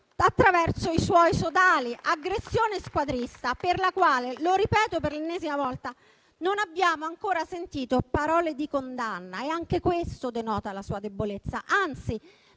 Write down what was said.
attraverso i suoi sodali; aggressione squadrista per la quale - lo ripeto per l'ennesima volta - non abbiamo ancora sentito parole di condanna. Anche questo denota la sua debolezza. Anzi,